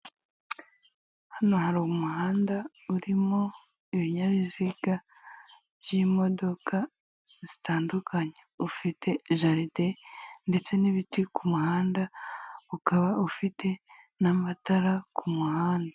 Hano hari umuhanda urimo ibinyabiziga by'imodoka zitandukanye, ufite jaride ndetse n'ibiti ku muhanda ukaba ufite n'amatara ku muhanda.